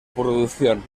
producción